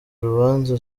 urubanza